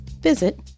visit